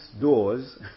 doors